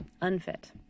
unfit